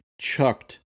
chucked